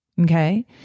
Okay